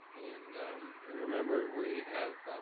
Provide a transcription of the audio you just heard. and and remember, we have